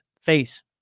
face